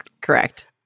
Correct